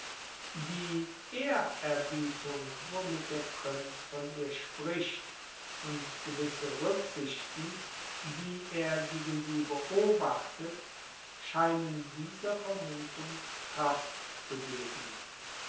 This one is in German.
die ehrerbietung womit der prinz von ihr spricht und gewisse rücksichten die er gegen sie beobachtet scheinen dieser vermutung kraft zu geben